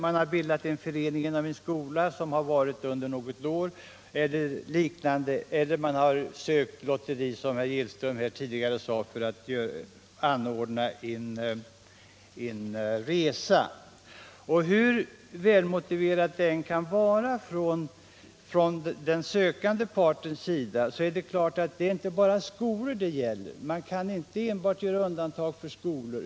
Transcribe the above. Man har inom en skola bildat en förening som funnits under något år eller man har ansökt om tillstånd att ordna lotteri för att som herr Gillström sade anordna en resa. Hur väl motiverat det än kan te sig från den sökande partens sida kan det inte göras undantag bara för skolor.